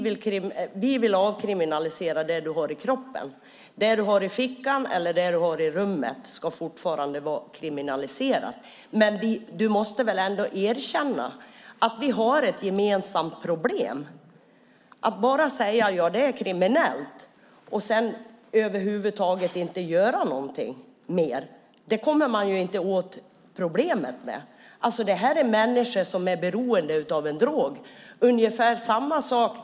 Vi vill avkriminalisera det man har i kroppen. Det man har i fickan eller det man har i rummet ska fortfarande vara kriminaliserat. Karin Nilsson, du måste väl ändå erkänna att vi har ett gemensamt problem? Att bara säga att det är kriminellt och sedan över huvud taget inte göra någonting mer gör inte att vi kommer åt problemet. Det handlar om människor som är beroende av en drog.